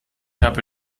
habe